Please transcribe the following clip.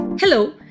Hello